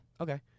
Okay